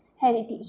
heritage